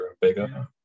bigger